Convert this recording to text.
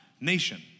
nation